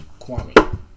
Kwame